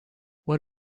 what